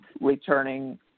returning